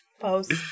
Post